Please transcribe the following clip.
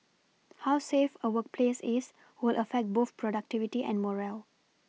how safe a workplace is will affect both productivity and morale